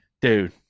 dude